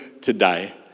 today